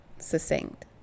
succinct